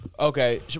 Okay